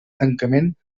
tancament